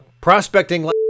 prospecting